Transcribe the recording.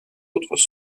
autres